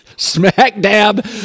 Smack-dab